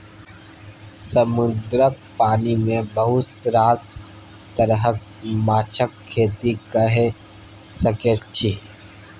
समुद्रक पानि मे बहुत रास तरहक माछक खेती कए सकैत छी